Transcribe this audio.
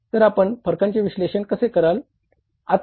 तर आपण फरकांचे विश्लेषण कसे कराल